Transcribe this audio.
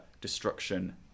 destruction